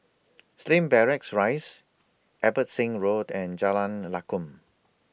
Slim Barracks Rise Abbotsingh Road and Jalan Lakum